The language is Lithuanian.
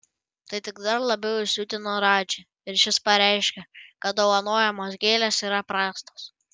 tai tik dar labiau įsiutino radžį ir šis pareiškė kad dovanojamos gėlės yra prastos